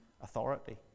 authority